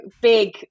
big